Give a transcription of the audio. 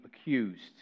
accused